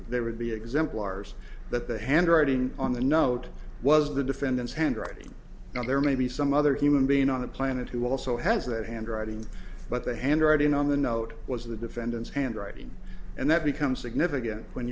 there would be exemplars that the handwriting on the note was the defendant's handwriting now there may be some other human being on the planet who also has that handwriting but the handwriting on the note was the defendant's handwriting and that becomes significant when